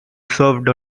served